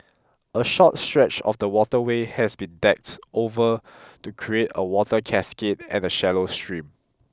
a short stretch of the waterway has been decked over to create a water cascade and a shallow stream